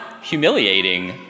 humiliating